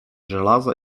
żelaza